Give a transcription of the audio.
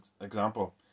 example